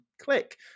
click